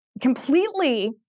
completely